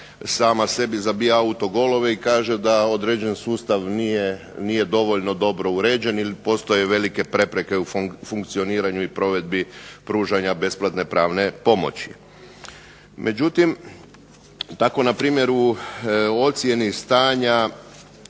sama sebi zabija autogolove i kaže da određeni sustav nije dovoljno dobro uređen jer postoje velike prepreke u funkcioniranju i provedbi pružanja besplatne pravne pomoći. Međutim, tako npr. u ocjeni stanja